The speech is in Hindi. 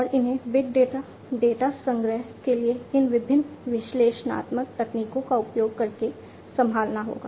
और इन्हें बिग डेटा डेटा संग्रह के लिए इन विभिन्न विश्लेषणात्मक तकनीकों का उपयोग करके संभालना होगा